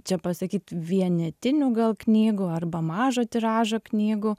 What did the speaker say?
čia pasakyt vienetinių gal knygų arba mažo tiražo knygų